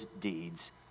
deeds